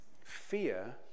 Fear